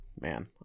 Man